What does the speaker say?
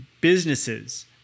businesses